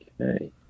Okay